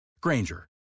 Granger